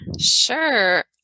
Sure